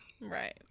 Right